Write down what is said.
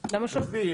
עזבי,